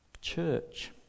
church